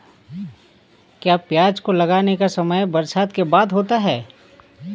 क्या प्याज को लगाने का समय बरसात के बाद होता है?